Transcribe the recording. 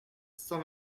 cent